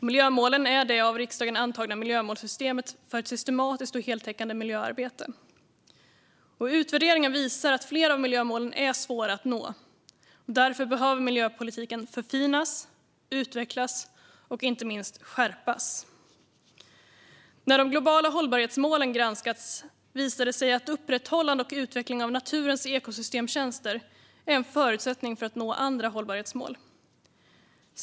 Miljömålen är det av riksdagen antagna miljömålssystemet för ett systematiskt och heltäckande miljöarbete. Utvärderingar visar att flera av miljömålen är svåra att nå. Därför behöver miljöpolitiken förfinas, utvecklas och inte minst skärpas. När de globala hållbarhetsmålen granskats har det visat sig att upprätthållande och utveckling av naturens ekosystemtjänster är en förutsättning för att nå andra hållbarhetsmål.